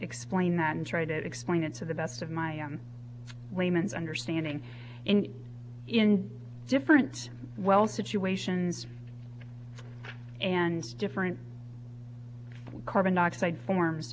explain that and try to explain it to the best of my layman's understanding in different situations and different carbon dioxide forms